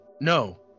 no